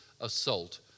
assault